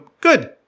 good